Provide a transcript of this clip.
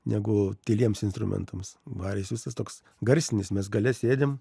negu tyliems instrumentams varis visas toks garsinis mes gale sėdim